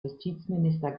justizminister